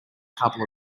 couple